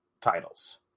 titles